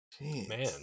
Man